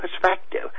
perspective